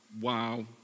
wow